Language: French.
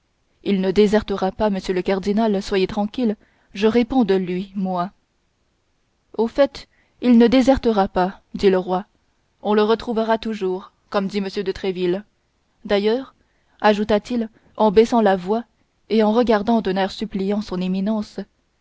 il ne désertera pas monsieur le cardinal soyez tranquille je réponds de lui moi au fait il ne désertera pas dit le roi on le retrouvera toujours comme dit m de tréville d'ailleurs ajouta-t-il en baissant la voix et en regardant d'un air suppliant son éminence